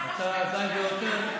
אתה די והותר,